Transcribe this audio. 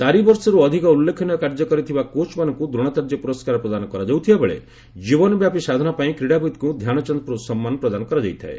ଚାରିବର୍ଷରୁ ଅଧିକ ଉଲ୍ଲେଖନୀୟ କାର୍ଯ୍ୟ କରିଥିବା କୋଚ୍ମାନଙ୍କୁ ଦ୍ରୋଣାଚାର୍ଯ୍ୟ ପୁରସ୍କାର ପ୍ରଦାନ କରାଯାଉଥିବାବେଳେ ଜୀବନବ୍ୟାପୀ ସାଧନା ପାଇଁ କ୍ରୀଡ଼ାବିତ୍ଙ୍କୁ ଧ୍ୟାନଚାନ୍ଦ ସମ୍ମାନ ପ୍ରଦାନ କରାଯାଇଥାଏ